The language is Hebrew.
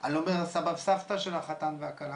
אני לא מדבר על הסבתא וסבא של החתן והכלה,